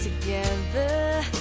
together